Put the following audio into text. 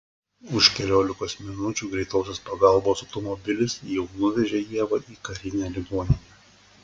už keliolikos minučių greitosios pagalbos automobilis jau nuvežė ievą į karinę ligoninę